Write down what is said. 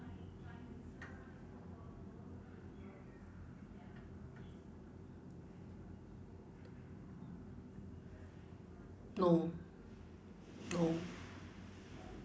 no no